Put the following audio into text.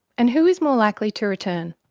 and who is more likely to return.